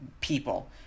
people